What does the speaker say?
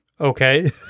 okay